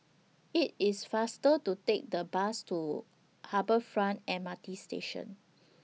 IT IS faster to Take The Bus to Harbour Front M R T Station